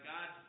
God